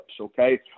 okay